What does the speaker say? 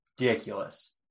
ridiculous